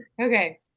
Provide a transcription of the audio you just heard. Okay